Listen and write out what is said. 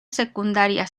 secundaria